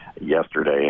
yesterday